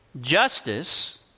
justice